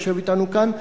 היושב אתנו כאן,